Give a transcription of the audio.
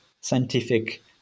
scientific